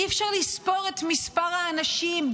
אי-אפשר לספור את מספר האנשים,